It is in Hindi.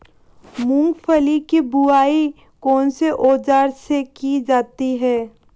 मूंगफली की बुआई कौनसे औज़ार से की जाती है?